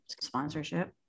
sponsorship